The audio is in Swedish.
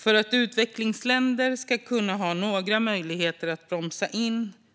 För att utvecklingsländer ska ha några möjligheter att bromsa